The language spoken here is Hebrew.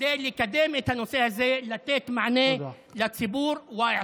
כדי לקדם את הנושא הזה, לתת מענה לציבור, (אומר